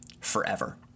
forever